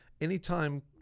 anytime